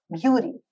beauty